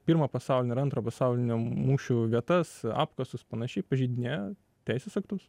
pirmo pasaulinio ir antro pasaulinio mūšių vietas apkasus panašiai pažeidinėja teisės aktus